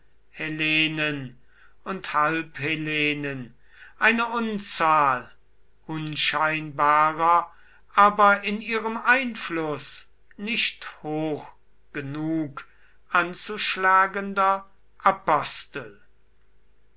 hellenen und halbhellenen eine unzahl unscheinbarer aber in ihrem einfluß nicht hoch genug anzuschlagender